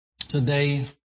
Today